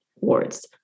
wards